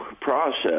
process